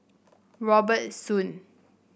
Robert Soon